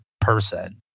person